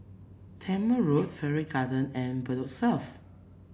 Tangmere Road Farrer Garden and Bedok South